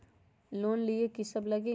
Loan लिए की सब लगी?